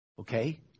Okay